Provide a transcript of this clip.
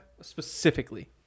Specifically